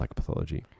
psychopathology